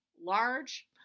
large